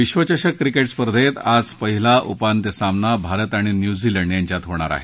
विश्वचषक क्रिकेट स्पर्धेत आज पहिला उपांत्य सामना भारत आणि न्यूझीलंड यांच्यात होणार आहे